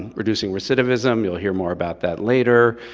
reducing recidivism, you'll hear more about that later,